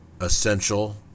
essential